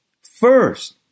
first